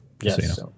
Yes